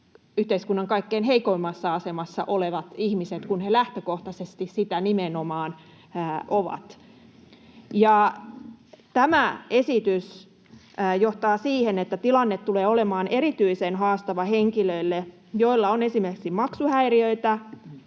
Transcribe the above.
yhteiskunnan kaikkein heikoimmassa asemassa olevat ihmiset, kun he lähtökohtaisesti sitä nimenomaan ovat. Tämä esitys johtaa siihen, että tilanne tulee olemaan erityisen haastava henkilöille, joilla on esimerkiksi maksuhäiriöitä,